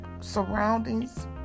surroundings